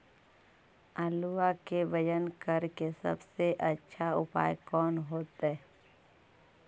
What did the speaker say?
आलुआ के वजन करेके सबसे अच्छा उपाय कौन होतई?